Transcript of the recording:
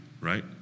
right